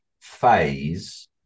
phase